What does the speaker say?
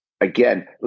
again